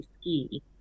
ski